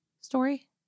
story